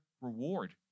reward